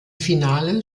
finale